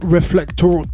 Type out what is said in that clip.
Reflector